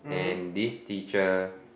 and this teacher